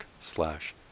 slash